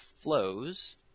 flows